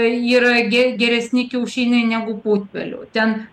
yra ge geresni kiaušiniai negu putpelių ten